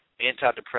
antidepressant